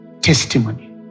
testimony